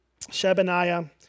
Shebaniah